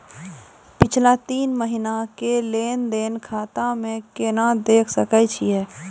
पिछला तीन महिना के लेंन देंन खाता मे केना देखे सकय छियै?